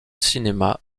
cinéma